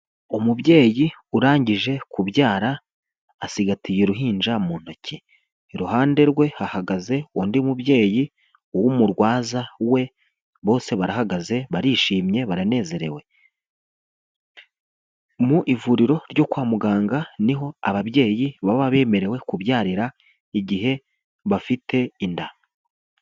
Umubyeyi urangije kubyara, asigagatiye uruhinja mu ntoki, iruhande rwe hahagaze undi mubyeyi, w'umurwaza we bose barahagaze, barishimye, baranezerewe, mu ivuriro ryo kwa muganga niho ababyeyi baba bemerewe kubyarira igihe bafite inda.